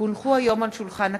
כי הונחו היום על שולחן הכנסת,